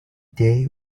day